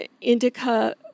indica